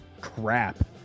crap